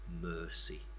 mercy